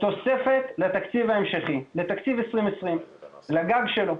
תוספת לתקציב ההמשכי לתקציב 2020, לגב שלו.